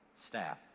staff